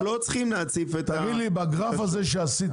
אנחנו לא צריכים להציף את ה -- בגרף הזה שעשיתם,